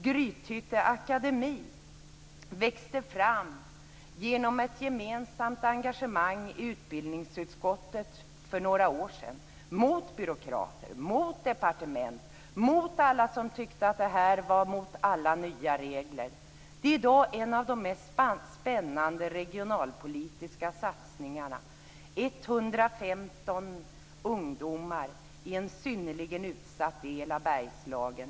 Grythytte akademi växte fram genom ett gemensamt engagemang i utbildningsutskottet för några år sedan - mot byråkrater, mot departement, mot alla dem som tyckte att det här var mot alla regler. Det är i dag en av de mest spännande regionalpolitiska satsningarna. Det handlar om 115 ungdomar i en synnerligen utsatt del av Bergslagen.